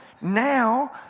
now